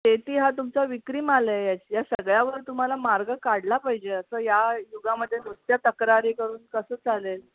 शेती हा तुमचा विक्री माल आहे या या सगळ्यावर तुम्हाला मार्ग काढला पाहिजे असं या युगामध्ये नुसत्या तक्रारी करून कसं चालेल